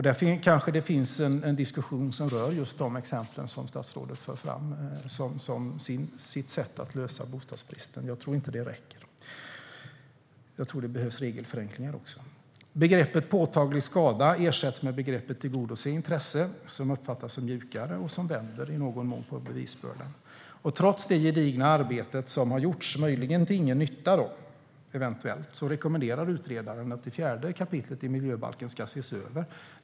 Där kanske det kan föras en diskussion om de exempel statsrådet för fram som sitt sätt att lösa bostadsbristen. Jag tror inte att detta räcker, utan jag tror att det också behövs regelförenklingar. Begreppet "påtaglig skada" ersätts med begreppet "tillgodose intresse", som uppfattas som mjukare och i någon mån vänder på bevisbördan. Trots det gedigna arbete som har gjorts - eventuellt till ingen nytta - rekommenderar utredaren att 4 kap. miljöbalken ses över ytterligare.